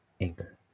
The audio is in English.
Anchor